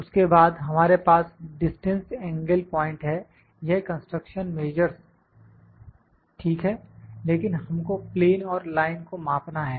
उसके बाद हमारे पास डिस्टेंस एंगिल पॉइंट है यह कंस्ट्रक्शन मेजर्स ठीक है लेकिन हमको प्लेन और लाइन को मापना है